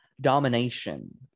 domination